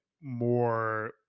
more